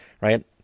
right